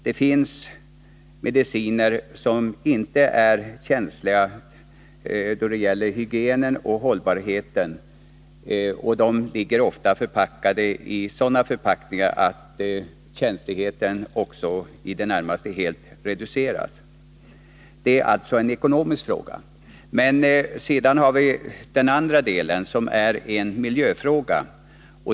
Det finns mediciner som inte är känsliga då det gäller hygien och hållbarhet. De förekommer ofta i sådana förpackningar att känsligheten i det närmaste elimineras. Det gäller här en ekonomisk fråga. Den andra delen är en miljöfråga.